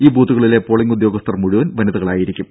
ഈ ബൂത്തുകളിലെ ഉദ്യോഗസ്ഥർ മുഴുവൻ വനിതകളായിരിക്കും